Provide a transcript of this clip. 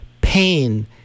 pain